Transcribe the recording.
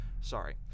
sorry